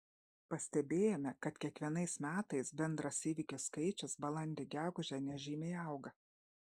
pastebėjome kad kiekvienais metais bendras įvykių skaičius balandį gegužę nežymiai auga